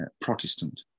Protestant